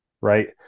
Right